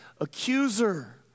accuser